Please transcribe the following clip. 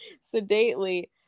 sedately